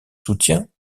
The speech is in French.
soutiens